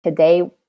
Today